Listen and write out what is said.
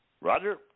Roger